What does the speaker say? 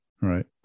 right